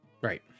Right